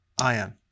ion